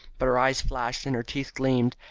but her eyes flashed, and her teeth gleamed,